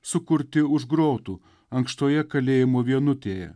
sukurti už grotų ankštoje kalėjimo vienutėje